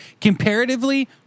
Comparatively